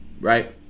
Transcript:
right